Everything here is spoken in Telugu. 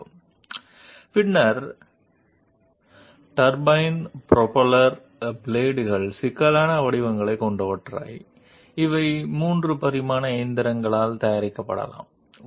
అప్పుడు టర్బైన్ ప్రొపెల్లర్ బ్లేడ్లు సంక్లిష్ట ఆకృతులను కలిగి ఉంటాయి ఇవి 3 డైమెన్షనల్ మ్యాచింగ్ ద్వారా తయారు చేయబడినవి కావచ్చు